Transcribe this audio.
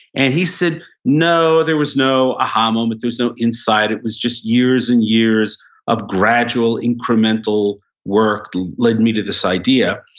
and he said, no, there was no aha moment. there was no insight. it was just years and years of gradual incremental work led me to this idea.